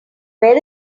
where